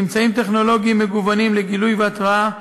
אמצעים טכנולוגיים מגוונים לגילוי ולהתרעה